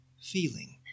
feeling